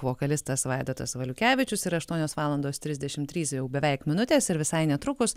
vokalistas vaidotas valiukevičius yra aštuonios valandos trisdešim trys jau beveik minutės ir visai netrukus